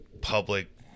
public